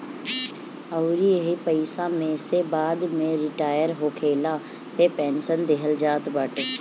अउरी एही पईसा में से बाद में रिटायर होखला पे पेंशन देहल जात बाटे